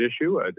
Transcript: issue